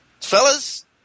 fellas